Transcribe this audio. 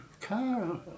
car